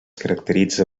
caracteritza